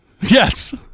Yes